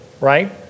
right